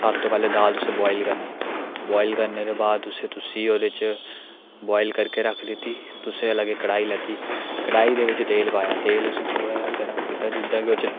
सब तो पैह्लें दाल उसी बोआइल करनी बुआइल करने दे बाद उस तुस ओह्दे च बोआल करके रक्ख दित्ती तुसें अलग इक कड़ाही लैती कड़ाही दे बिच्च तेल पाया तेल उसी थोह्ड़ा जेहा गर्म कीता जेदा गै ओह्दे च